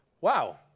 wow